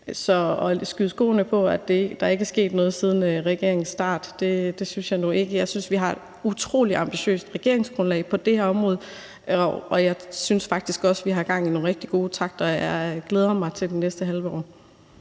Så at skyde os i skoene, at der ikke er sket noget siden regeringens start, synes jeg nu ikke man kan. Jeg synes, vi har et utrolig ambitiøst regeringsgrundlag på det her område, og jeg synes faktisk også, vi har gang i nogle rigtig gode takter, og jeg glæder mig til det næste halve år.